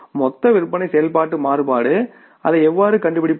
மொத்த விற்பனை செயல்பாட்டு மாறுபாடு அதை எவ்வாறு கண்டுபிடிப்பது